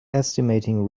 estimating